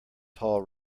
tall